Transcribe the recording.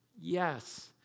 Yes